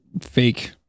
fake